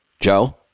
Joe